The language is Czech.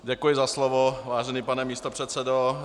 Děkuji za slovo, vážený pane místopředsedo.